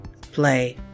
Play